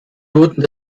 wurden